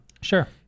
Sure